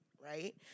right